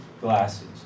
glasses